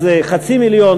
אז חצי מיליון,